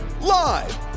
Live